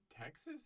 Texas